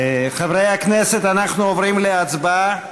חברי הכנסת, אנחנו עוברים להצבעה.